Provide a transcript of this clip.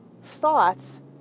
Thoughts